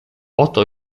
oto